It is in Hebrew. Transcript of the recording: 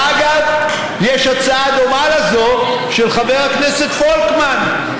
ואגב, יש הצעה דומה לזו של חבר הכנסת פולקמן,